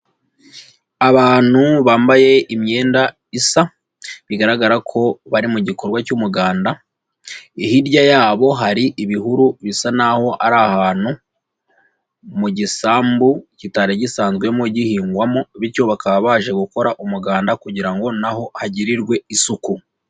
Abantu bambaye imyenda isa bigaragara ko bari mu gikorwa cy'umuganda, hirya yabo hari ibihuru bisa n'aho ari ahantu mu gisambu kitari gisanzwemo gihingwamo, bityo bakaba baje gukora umuganda kugira ngo naho hagirirwe isuku.